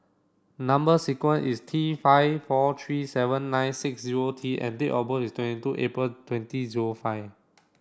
number sequence is T five four three seven nine six zero T and date of birth is twenty two April twenty zero five